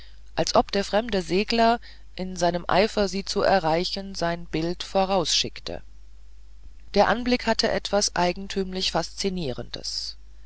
als ob der fremde segler in seinem eifer diese zu erreichen sein bild vorausschickte der anblick hatte etwas eigentümlich faszinierendes